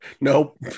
Nope